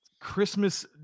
Christmas